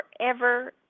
forever